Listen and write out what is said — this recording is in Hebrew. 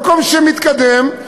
מקום שמתקדם.